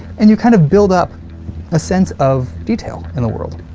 and you kind of build up a sense of detail in the world.